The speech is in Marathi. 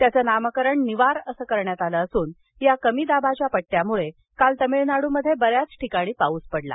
त्याचं नामकरण निवार असं करण्यात आलं असून या कमी दाबाच्या पट्ट्यामुळे काल तामिळनाडूमध्ये बऱ्याच ठिकाणी पाऊस पडला